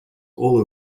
all